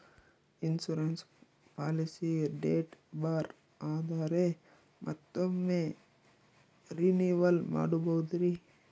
Insurance policy date ಬಾರ್ ಆದರೆ ಮತ್ತೊಮ್ಮೆ ರಿನಿವಲ್ ಮಾಡಬಹುದ್ರಿ?